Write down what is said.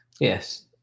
Yes